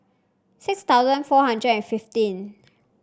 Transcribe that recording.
six thousand four hundred fifteen